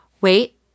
Wait